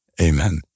Amen